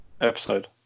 episode